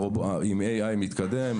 רובוט עם AI מתקדם.